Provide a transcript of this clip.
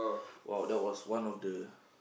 !wow! that was one of the